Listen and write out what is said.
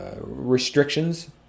restrictions